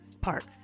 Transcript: Park